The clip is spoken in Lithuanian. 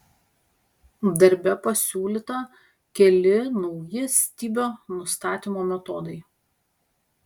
darbe pasiūlyta keli nauji stibio nustatymo metodai